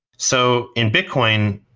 so in bitcoin,